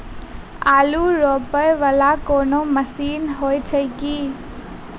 आलु रोपा वला कोनो मशीन हो छैय की?